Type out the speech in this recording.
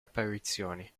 apparizioni